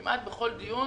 כמעט בכל דיון